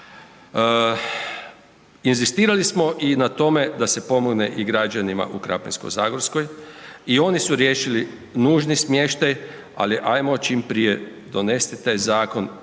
Inzistirali smo i na tome da se pomogne i građanima u Krapinsko-zagorskoj i oni su riješili nužni smještaj, ali ajmo čim prije donesti taj zakon,